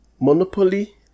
Monopoly